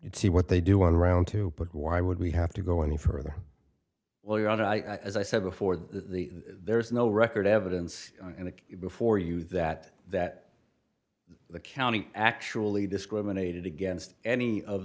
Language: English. you see what they do one round to put why would we have to go any further well your honor i said before the there is no record evidence and before you that that the county actually discriminated against any of